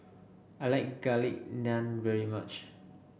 I like Garlic Naan very much